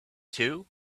too